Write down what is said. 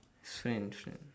his friend his friend